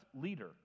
leader